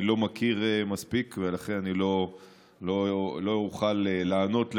אני לא מכיר מספיק ולכן לא אוכל לענות לך.